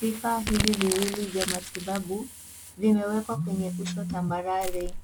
Vifaa hivi viwili vya matibabu vimewekwa kwenye uso tambarare.